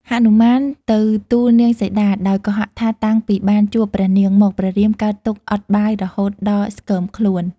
ហនុមានទៅទួលនាងសីតា ដោយកុហកថាតាំងពីបានជួបព្រះនាងមកព្រះរាមកើតទុក្ខអត់បាយរហូតដល់ស្គមខ្លួន។